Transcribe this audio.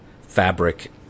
fabric